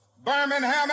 Birmingham